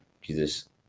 jesus